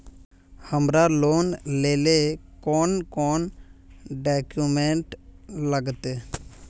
हमरा लोन लेले कौन कौन डॉक्यूमेंट लगते?